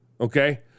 okay